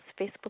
Facebook